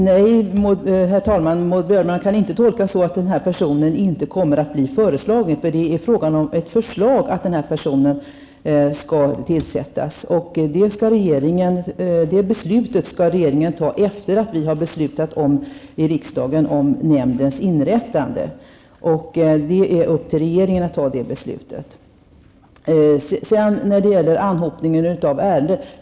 Herr talman! Nej, Maud Björnemalm, det skall inte tolkas så, att personen i fråga inte kommer att bli föreslagen. Vad det handlar om är ett förslag om att den här personen skall utses. Det beslutet fattar regeringen efter det att riksdagen beslutat om inrättandet av den här nämnden. Sedan till frågan om anhopningen av ärenden.